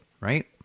right